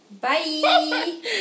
bye